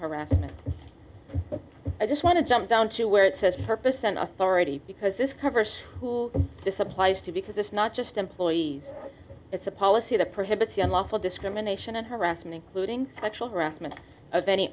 harassment i just want to jump down to where it says purpose and authority because this covers this applies to because it's not just employees it's a policy that prohibits the unlawful discrimination and harassment including sexual harassment of any